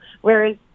whereas